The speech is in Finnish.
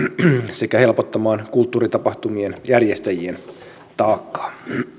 sekä helpottamaan kulttuuritapahtumien järjestäjien taakkaa